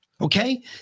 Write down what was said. Okay